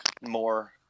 more